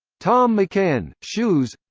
thom mcan shoes